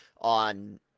on